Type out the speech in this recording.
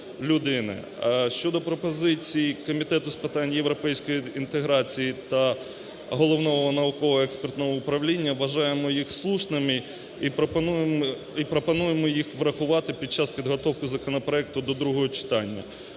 Щодо пропозицій Комітету з питань європейської інтеграції та Головного науково-експертного управління, вважаємо їх слушними і пропонуємо їх врахувати під час підготовки законопроекту до другого читання.